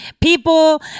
people